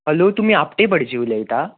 hello तुमी आपटे भटजी उलयता